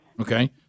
Okay